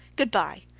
good-by.